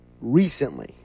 Recently